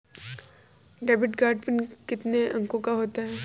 Debit card pin कितने अंकों का होता है?